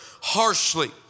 harshly